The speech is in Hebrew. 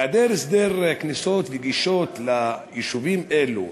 היעדר הסדרת כניסות וגישות ליישובים אלו,